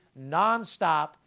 nonstop